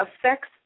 affects